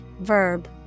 verb